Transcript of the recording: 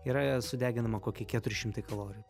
yra sudeginama kokie keturi šimtai kalorijų